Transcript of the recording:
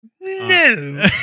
No